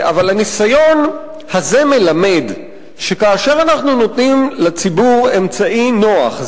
אבל הניסיון הזה מלמד שכאשר אנחנו נותנים לציבור אמצעי נוח,